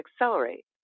accelerate